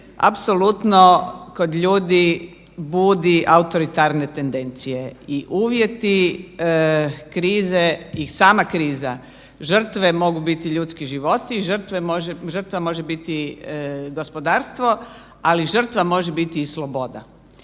apsolutno kod ljudi budi autoritarne tendencije i uvjeti krize i sama kriza žrtve mogu biti ljudski životi, žrtva može biti gospodarstvo, ali žrtva može biti i sloboda.